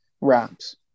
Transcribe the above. wraps